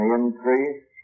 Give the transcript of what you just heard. increase